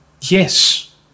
Yes